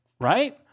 Right